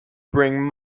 bring